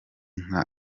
nka